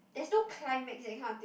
that's no climate that kind of thing